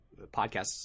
podcasts